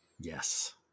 Yes